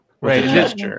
right